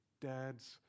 dad's